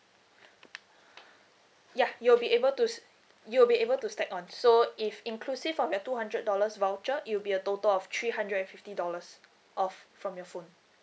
ya you'll be able to s~ you'll be able to stack on so if inclusive of the two hundred dollars voucher it will be a total of three hundred and fifty dollars off from your phone